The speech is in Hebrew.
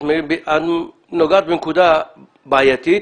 את נוגעת בנקודה בעייתית,